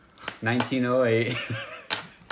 1908